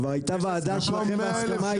כבר הייתה ועדה שהולכים להסכמה.